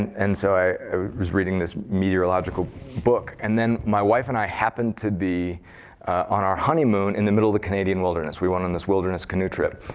and so i was reading this meteorological book. and then my wife and i happened to be on our honeymoon in the middle of the canadian wilderness. we went on this wilderness canoe trip.